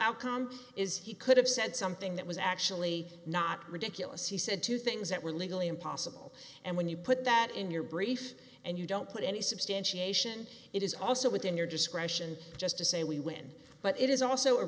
outcome is he could have said something that was actually not ridiculous he said two things that were legally impossible and when you put that in your brief and you don't put any substantiation it is also within your discretion just to say we win but it is also a